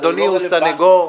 אדוני הוא סנגור,